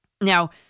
Now